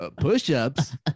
Push-ups